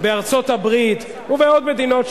בארצות-הברית ובעוד מדינות,